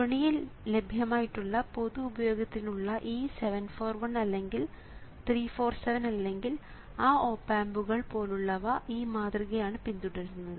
വിപണിയിൽ ലഭ്യമായിട്ടുള്ള പൊതു ഉപയോഗത്തിനുള്ള ഈ 741 അല്ലെങ്കിൽ 347 അല്ലെങ്കിൽ ആ ഓപ് ആമ്പുകൾ പോലുള്ളവ ഈ മാതൃക ആണ് പിന്തുടരുന്നുത്